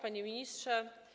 Panie Ministrze!